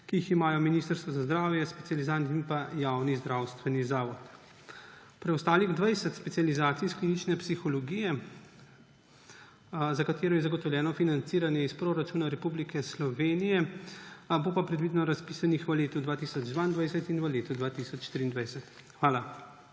ki jih imajo Ministrstvo za zdravje, specializant in pa javni zdravstveni zavod. Preostalih 20 specializacij iz klinične psihologije, za katero je zagotovljeno financiranje iz proračuna Republike Slovenije, bo predvideno razpisanih v letu 2022 in v letu 2023. Hvala.